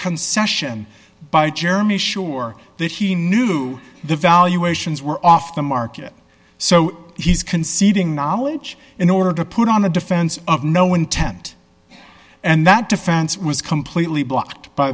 concession by jeremy sure that he knew the valuations were off the market so he's conceding knowledge in order to put on a defense of no intent and that defense was completely blocked by